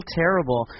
terrible